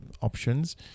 options